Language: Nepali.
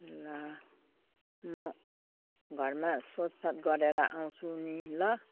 ल म घरमा सोधसाद गरेर आउँछु नि ल